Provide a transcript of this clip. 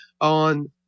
on –